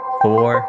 four